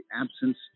absence